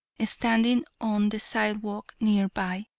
standing on the sidewalk near by,